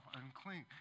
unclean